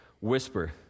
Whisper